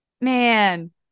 man